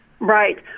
Right